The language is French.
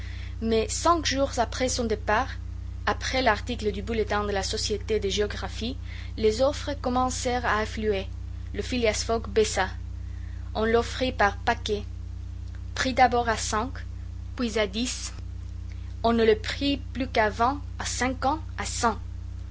mais cinq jours après son départ après l'article du bulletin de la société de géographie les offres commencèrent à affluer le phileas fogg baissa on l'offrit par paquets pris d'abord à cinq puis à dix on ne le prit plus qu'à vingt à cinquante à cent